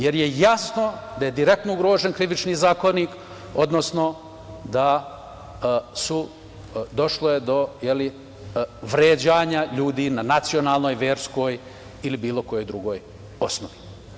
Jasno je da je direktno ugrožen Krivični zakonik, odnosno da je došlo do vređanja ljudi na nacionalnoj, verskoj ili bilo kojoj drugoj osnovi.